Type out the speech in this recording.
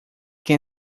can